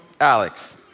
Alex